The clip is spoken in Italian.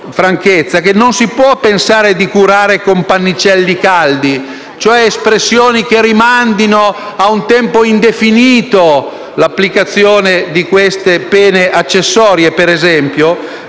che non si può pensare di curare con pannicelli caldi, e cioè con espressioni che rimandino a un tempo indefinito l'applicazione delle pene accessorie, che rischiano